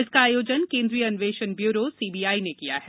इसका आयोजन केंद्रीय अन्वेषण ब्यूरो सीबीआई ने किया है